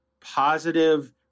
positive